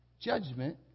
judgment